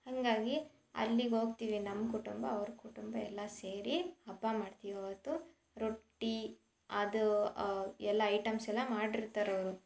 ಹಾಗಾಗಿ ಅಲ್ಲಿಗೆ ಹೋಗ್ತೀವಿ ನಮ್ಮ ಕುಟುಂಬ ಅವ್ರ ಕುಟುಂಬ ಎಲ್ಲ ಸೇರಿ ಹಬ್ಬ ಮಾಡ್ತೀವಿ ಅವತ್ತು ರೊಟ್ಟಿ ಅದು ಎಲ್ಲ ಐಟಮ್ಸೆಲ್ಲ ಮಾಡಿರ್ತಾರ್ ಅವರು